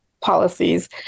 policies